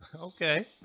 Okay